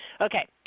Okay